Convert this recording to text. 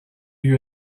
you